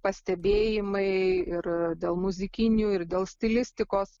pastebėjimai ir dėl muzikinių ir dėl stilistikos